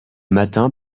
matin